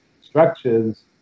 structures